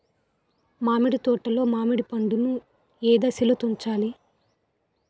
మామిడి తోటలో మామిడి పండు నీ ఏదశలో తుంచాలి?